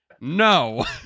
No